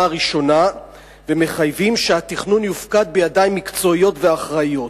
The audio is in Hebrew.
הראשונה ומחייבים שהתכנון יופקד בידיים מקצועיות ואחראיות.